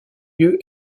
lieu